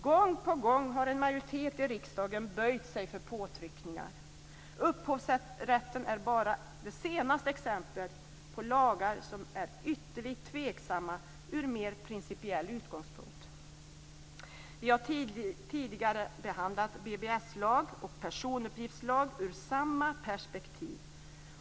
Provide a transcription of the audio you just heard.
Gång på gång har en majoritet i riksdagen böjt sig för påtryckningar. Upphovsrätten är bara det senaste exemplet i fråga om lagar som är ytterligt tveksamma från en mer principiell utgångspunkt. Vi har tidigare behandlat BBS-lag och personuppgiftslag ur samma perspektiv.